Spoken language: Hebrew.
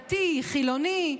דתי-חילוני.